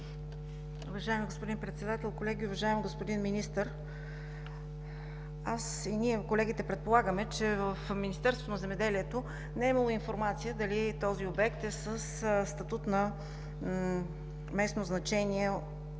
Уважаеми господин Председател, колеги, уважаеми господин Министър! Аз и колегите предполагаме, че в Министерството на земеделието не е имало информация дали този обект е със статут на местно значение